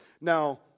Now